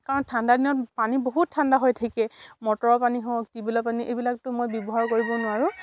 কাৰণ ঠাণ্ডা দিনত পানী বহুত ঠাণ্ডা হৈ থাকে মটৰৰ পানী হওক টিউৱেলৰ পানী এইবিলাকতো মই ব্যৱহাৰ কৰিব নোৱাৰোঁ